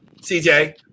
CJ